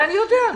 אני יודע.